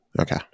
Okay